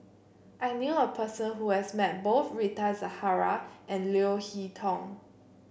I knew a person who has met both Rita Zahara and Leo Hee Tong